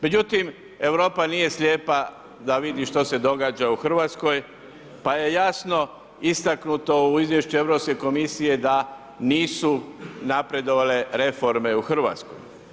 Međutim, Europa nije slijepa da vidi što se događa u Hrvatskoj, pa je jasno istaknuto u izvješću Europske komisije da nisu napredovale reforme u Hrvatskoj.